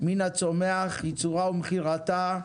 מן הצומח ייצורה ומכירתה.